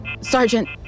Sergeant